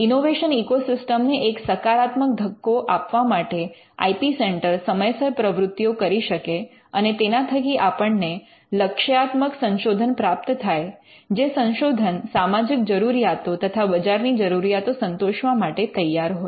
innovation ecosystem ને એક સકારાત્મક ધક્કો આપવા માટે આઇ પી સેન્ટર સમયસર પ્રવૃત્તિઓ કરી શકે અને તેના થકી આપણને લક્ષ્યાત્મક સંશોધન પ્રાપ્ત થાય જે સંશોધન સામાજિક જરૂરિયાતો તથા બજારની જરૂરિયાતો સંતોષવા માટે તૈયાર હોય